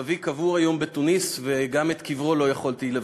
סבי קבור היום בתוניס, וגם בקברו לא יכולתי לבקר.